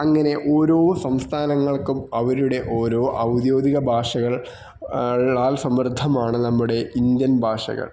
അങ്ങനെ ഓരോ സംസ്ഥാനങ്ങൾക്കും അവരുടെ ഓരോ ഔദ്യോഗിക ഭാഷകൾ സമൃദ്ധമാണ് നമ്മുടെ ഇന്ത്യൻ ഭാഷകൾ